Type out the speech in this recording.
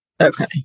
Okay